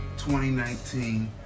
2019